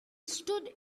stood